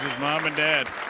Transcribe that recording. mom and dad,